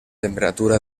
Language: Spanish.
temperatura